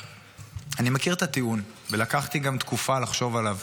אני מכיר את הטיעון, ולקחתי גם תקופה לחשוב עליו,